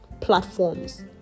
platforms